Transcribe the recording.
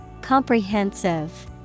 Comprehensive